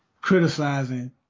criticizing